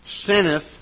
sinneth